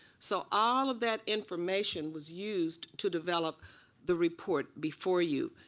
so all of that information was used to develop the report before you,